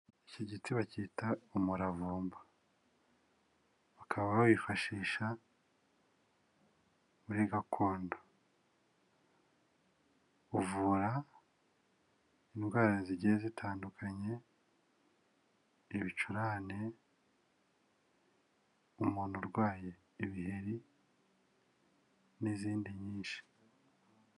Iki giti bakita umuravumba. Bakaba bawifashisha muri gakondo. Uvura indwara zigiye zitandukanye, ibicurane, umuntu urwaye ibiheri, n'izindi nyinshi.